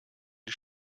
die